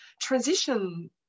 transition